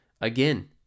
again